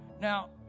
now